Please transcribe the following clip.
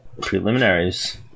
Preliminaries